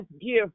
give